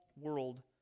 world